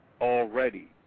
Already